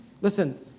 listen